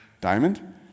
diamond